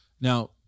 Now